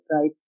right